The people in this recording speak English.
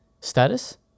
status